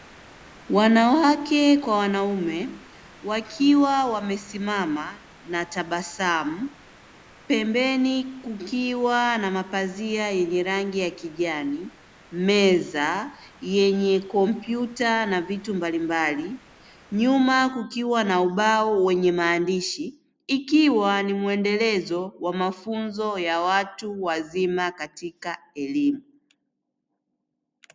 Wanawake kwa wanaume wakiwa wamesimama kwa tabasamu , pembeni kukiwa na mapazia yenye rangiya kijani, meza yenye komputa na vitu mbalimbali , nyuma kukiwa na ubao wenye maandishi, ikiwa ni muendelezo wa mafunzo ya watu wazima katika elimu.